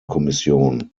kommission